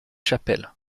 chapelle